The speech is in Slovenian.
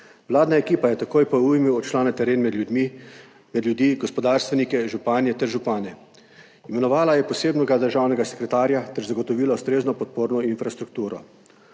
Vladna ekipa je takoj po ujmi odšla na teren med ljudi, gospodarstvenike, županje ter župane. Imenovala je posebnega državnega sekretarja ter zagotovila ustrezno podporno infrastrukturo.